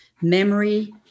memory